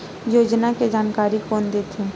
योजना के जानकारी कोन दे थे?